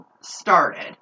started